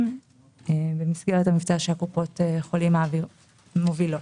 במסגרת המבצע שקופות החולים מעבירות.